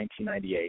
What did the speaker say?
1998